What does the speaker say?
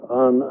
on